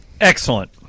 Excellent